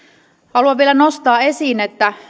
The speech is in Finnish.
haluan vielä nostaa esiin että